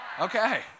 Okay